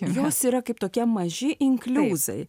jos yra kaip tokie maži inkliuzai